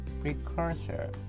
precursor